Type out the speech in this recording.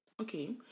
okay